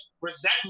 resentment